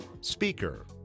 speaker